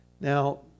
Now